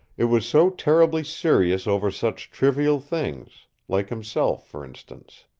it was so terribly serious over such trivial things like himself, for instance.